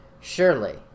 Surely